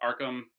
Arkham